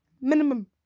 minimum